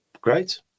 great